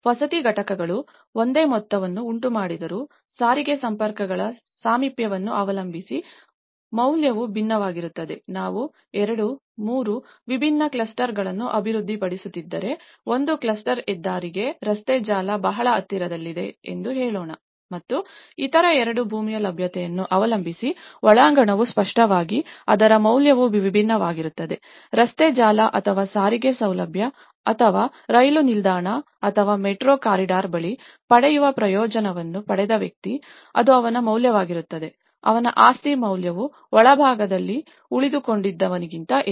ವಸತಿ ಘಟಕಗಳು ಒಂದೇ ಮೊತ್ತವನ್ನು ಉಂಟುಮಾಡಿದರೂ ಸಾರಿಗೆ ಸಂಪರ್ಕಗಳ ಸಾಮೀಪ್ಯವನ್ನು ಅವಲಂಬಿಸಿ ಮೌಲ್ಯವು ಭಿನ್ನವಾಗಿರುತ್ತದೆ ನಾವು 2 3 ವಿಭಿನ್ನ ಕ್ಲಸ್ಟರ್ಗಳನ್ನು ಅಭಿವೃದ್ಧಿಪಡಿಸುತ್ತಿದ್ದರೆ ಒಂದು ಕ್ಲಸ್ಟರ್ ಹೆದ್ದಾರಿಗೆ ರಸ್ತೆ ಜಾಲ ಬಹಳ ಹತ್ತಿರದಲ್ಲಿದೆ ಎಂದು ಹೇಳೋಣ ಮತ್ತು ಇತರ ಎರಡು ಭೂಮಿಯ ಲಭ್ಯತೆಯನ್ನು ಅವಲಂಬಿಸಿ ಒಳಾಂಗಣವು ಸ್ಪಷ್ಟವಾಗಿ ಅದರ ಮೌಲ್ಯವು ವಿಭಿನ್ನವಾಗಿರುತ್ತದೆ ರಸ್ತೆ ಜಾಲ ಅಥವಾ ಸಾರಿಗೆ ಸೌಲಭ್ಯ ಅಥವಾ ರೈಲು ನಿಲ್ದಾಣ ಅಥವಾ ಮೆಟ್ರೋ ಕಾರಿಡಾರ್ ಬಳಿ ಪಡೆಯುವ ಪ್ರಯೋಜನವನ್ನು ಪಡೆದ ವ್ಯಕ್ತಿ ಅದು ಅವನ ಮೌಲ್ಯವಾಗಿರುತ್ತದೆ ಅವನ ಆಸ್ತಿ ಮೌಲ್ಯವು ಒಳಭಾಗದಲ್ಲಿ ಉಳಿದುಕೊಂಡಿದ್ದವನಿಗಿಂತ ಹೆಚ್ಚು